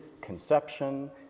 conception